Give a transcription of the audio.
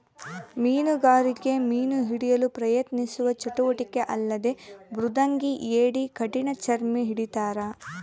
ಮೀನುಗಾರಿಕೆ ಮೀನು ಹಿಡಿಯಲು ಪ್ರಯತ್ನಿಸುವ ಚಟುವಟಿಕೆ ಅಲ್ಲದೆ ಮೃದಂಗಿ ಏಡಿ ಕಠಿಣಚರ್ಮಿ ಹಿಡಿತಾರ